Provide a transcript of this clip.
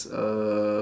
a